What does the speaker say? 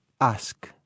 ask